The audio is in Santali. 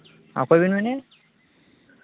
ᱦᱮᱸ ᱚᱠᱚᱭ ᱵᱤᱱ ᱢᱮᱱ ᱮᱫᱼᱟ